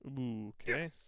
Okay